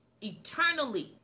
eternally